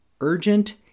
urgent